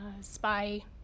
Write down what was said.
spy